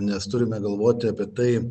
nes turime galvoti apie tai